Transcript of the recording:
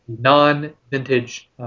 non-vintage